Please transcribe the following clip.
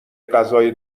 غذای